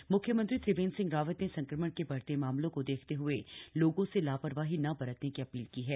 म्ख्यमंत्री त्रिवेंद्र सिंह रावत ने संक्रमण के बढ़ते मामलों को देखते हुए लोगों से ला रवाही न बरतने की अपील की है